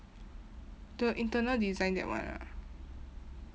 the internal design that one ah